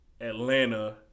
Atlanta